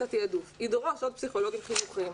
התעדוף וידרוש עוד פסיכולוגים חינוכיים,